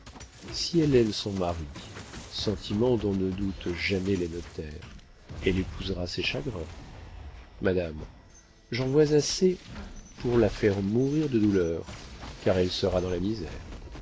si elle aime son mari sentiment dont ne doutent jamais les notaires elle épousera ses chagrins madame j'en vois assez pour la faire mourir de douleur car elle sera dans la misère